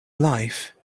life